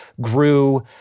grew